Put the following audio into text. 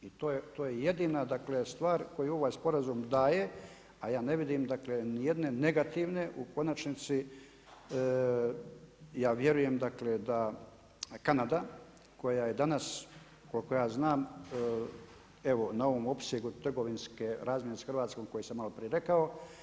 I to je jedina, dakle stvar koju ovaj sporazum daje, a ja ne vidim dakle ni jedne negativne u konačnici ja vjerujem dakle da Kanada koja je danas koliko ja znam evo na ovom opsegu trgovinske razmjene sa Hrvatskom koju sam malo prije rekao.